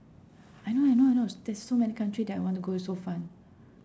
I know I know I know there's so many countries that I want to go it's so fun